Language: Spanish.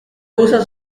usa